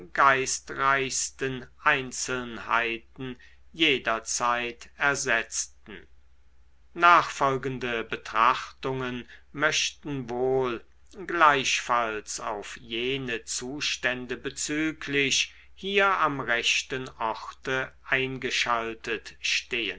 geistreichsten einzelnheiten jederzeit ersetzten nachfolgende betrachtungen möchten wohl gleichfalls auf jene zustände bezüglich hier am rechten orte eingeschaltet stehen